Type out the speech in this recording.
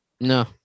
No